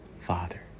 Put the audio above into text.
father